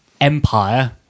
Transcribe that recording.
empire